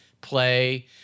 play